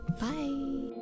Bye